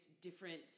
different